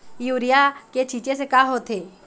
Urea के छींचे से का होथे?